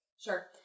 Sure